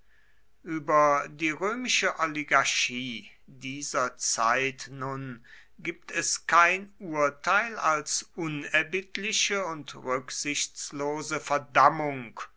über die römische oligarchie dieser zeit nun gibt es kein urteil als unerbittliche und rücksichtslose verdammung